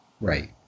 Right